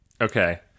Okay